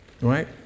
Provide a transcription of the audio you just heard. Right